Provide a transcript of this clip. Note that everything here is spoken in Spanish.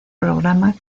programa